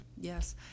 yes